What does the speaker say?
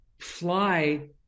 fly